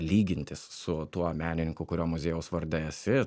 lygintis su tuo menininku kurio muziejaus varde esi